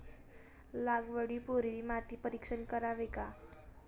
लागवडी पूर्वी माती परीक्षण करावे का?